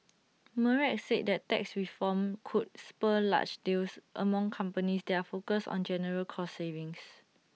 Merck said that tax reform could spur large deals among companies that are focused on general cost savings